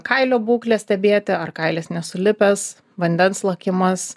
kailio būklę stebėti ar kailis nesulipęs vandens lakimas